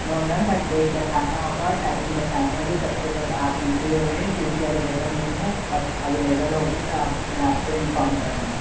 no ma'am but date बताना होगा timing बतानी होगी कब से कब आप एंट्री हो रहे है क्योंकि अवेलेबल नहीं है और अवेलेबल होगी तो आप मैं आप को इन्फॉर्म करूँगा